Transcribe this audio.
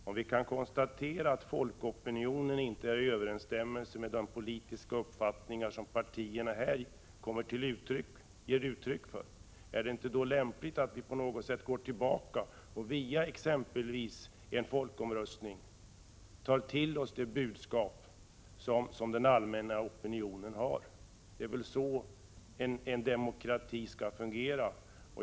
Om vi kan konstatera att folkopinionen inte står i överensstämmelse med de uppfattningar som de politiska partierna här ger uttryck för, vore det då inte lämpligt att vi på något sätt går tillbaka och genom exempelvis en folkomröstning tar till oss det budskap som den allmänna opinionen har? Det är väl så en demokrati skall fungera.